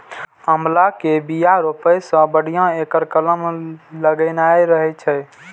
आंवला के बिया रोपै सं बढ़िया एकर कलम लगेनाय रहै छै